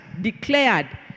declared